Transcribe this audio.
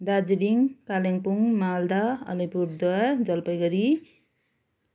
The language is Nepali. दार्जिलिङ कालिम्पोङ मालदा अलिपुरद्वार जलपाइगुडी